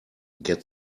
get